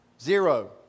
Zero